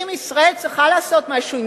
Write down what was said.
אם ישראל צריכה לעשות משהו,